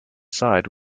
side